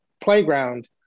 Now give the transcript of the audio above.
playground